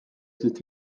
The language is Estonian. sest